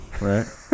right